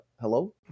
Hello